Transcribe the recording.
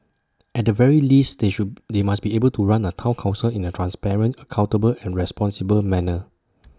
at the very least they should they must be able to run A Town Council in A transparent accountable and responsible manner